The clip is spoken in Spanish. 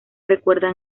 recuerda